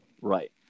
Right